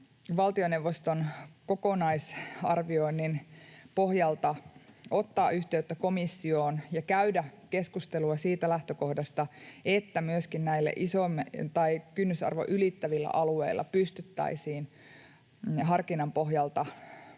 valtioneuvoston kokonaisarvioinnin pohjalta ottaa yhteyttä komissioon ja käydä keskustelua siitä lähtökohdasta, että myöskin näillä kynnysarvon ylittävillä alueilla pystyttäisiin harkinnan pohjalta